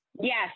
Yes